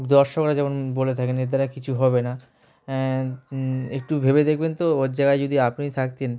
দর্শকরা যেমন বলে থাকেন এ দ্বারা কিছু হবে না একটু ভেবে দেখবেন তো ওর জায়গায় যদি আপনি থাকতেন